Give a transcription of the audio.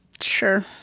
sure